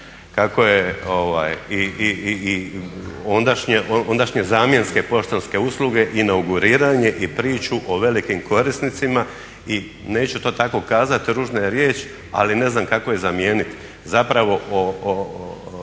kako je i ondašnje zamjenske poštanske usluge inauguriranje i priču o velikim korisnicima i neću to tako kazati, ružna je riječ ali ne znam kako je zamijeniti, zapravo